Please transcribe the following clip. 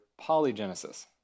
polygenesis